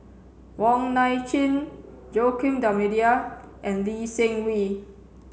Wong Nai Chin Joaquim D'almeida and Lee Seng Wee